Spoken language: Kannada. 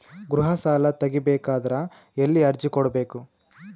ಗೃಹ ಸಾಲಾ ತಗಿ ಬೇಕಾದರ ಎಲ್ಲಿ ಅರ್ಜಿ ಕೊಡಬೇಕು?